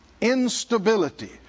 Instability